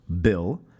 Bill